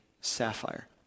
sapphire